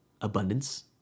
abundance